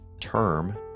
term